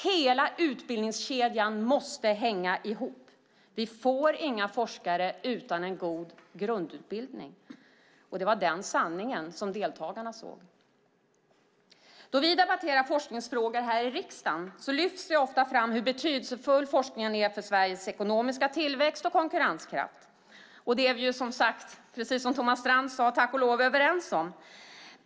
Hela utbildningskedjan måste hänga ihop! Vi får inga forskare utan en god grundutbildning. Det var den sanningen som deltagarna såg. Då vi debatterar forskningsfrågor här i riksdagen lyfts det ofta fram hur betydelsefull forskningen är för Sveriges ekonomiska tillväxt och konkurrenskraft. Det är vi, precis som Thomas Strand sade, tack och lov överens om.